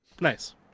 Nice